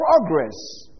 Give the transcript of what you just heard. progress